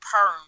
perm